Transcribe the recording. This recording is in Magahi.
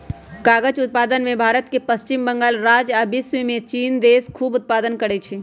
कागज़ उत्पादन में भारत के पश्चिम बंगाल राज्य आ विश्वमें चिन देश खूब उत्पादन करै छै